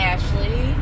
Ashley